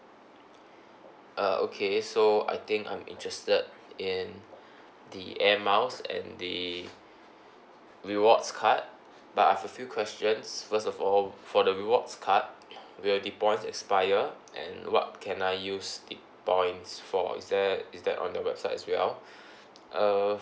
uh okay so I think I'm interested in the Air Miles and the rewards card but I've a few questions first of all for the rewards card will the points expire and what can I use the points for is there is there on the website as well uh